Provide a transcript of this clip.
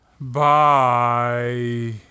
Bye